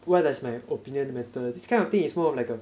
why does my opinion matter this kind of thing it's more of like a